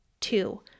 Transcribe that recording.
Two